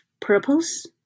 purpose